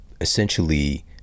essentially